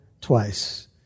twice